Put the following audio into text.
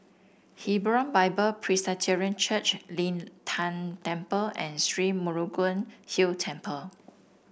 Hebron Bible Presbyterian Church Lin Tan Temple and Sri Murugan Hill Temple